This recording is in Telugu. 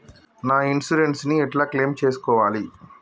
నా ఇన్సూరెన్స్ ని ఎట్ల క్లెయిమ్ చేస్కోవాలి?